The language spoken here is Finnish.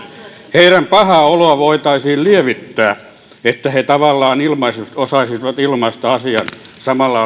heidän pahaa oloaan voitaisiin lievittää että he tavallaan osaisivat ilmaista asian samalla